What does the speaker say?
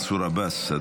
מנסור עבאס,